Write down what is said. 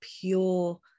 pure